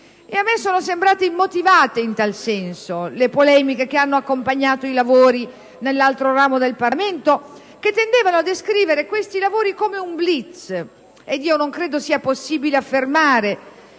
Mi sono sembrate immotivate, in tal senso, le polemiche che hanno accompagnato i lavori nell'altro ramo del Parlamento, che tendevano a descrivere quei lavori come un *blitz* (io non credo sia possibile affermare